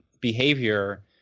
behavior